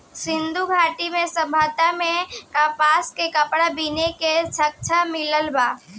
सिंधु घाटी सभ्यता में कपास के कपड़ा बीने के साक्ष्य मिलल बा